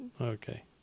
Okay